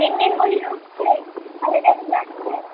pregnant মহিলা উঠছে তারা হেঁটে হেঁটে যাচ্ছে